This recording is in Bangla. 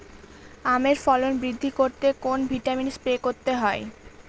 আমের ফলন বৃদ্ধি করতে কোন ভিটামিন স্প্রে করতে হয়?